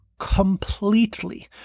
completely